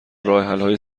راهحلهای